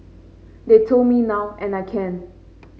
they told me now and I can